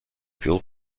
fuel